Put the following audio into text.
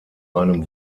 einem